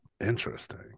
Interesting